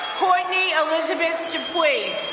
courtney elizabeth depuis.